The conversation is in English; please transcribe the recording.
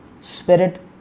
Spirit